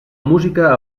música